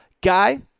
Guy